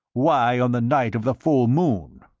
why on the night of the full moon?